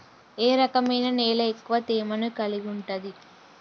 ఏ రకమైన నేల ఎక్కువ తేమను కలిగుంటది?